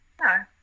no